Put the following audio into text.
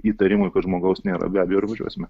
įtarimui kad žmogaus nėra be abejo ir važiuosime